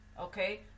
okay